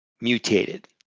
mutated